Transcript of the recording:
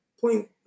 point